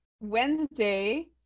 Wednesday